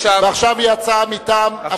ועכשיו היא הצעה מטעם הוועדה.